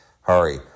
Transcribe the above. Hurry